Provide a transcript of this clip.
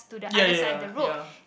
ya ya ya ya